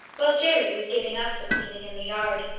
while jerry was giving us a cleaning in the yard,